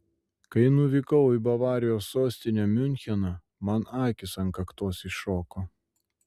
kai nuvykau į bavarijos sostinę miuncheną man akys ant kaktos iššoko